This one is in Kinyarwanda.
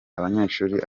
abanyeshuri